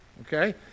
okay